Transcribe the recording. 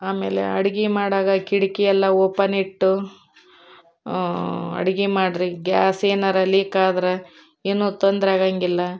ಆಮೇಲೆ ಅಡ್ಗೆ ಮಾಡಾಗ ಕಿಟ್ಕಿ ಎಲ್ಲ ಓಪನ್ ಇಟ್ಟು ಅಡಿಗೆ ಮಾಡಿರಿ ಗ್ಯಾಸ್ ಏನಾರೂ ಲೀಕ್ ಆದ್ರೆ ಏನು ತೊಂದ್ರೆ ಆಗೋಂಗಿಲ್ಲ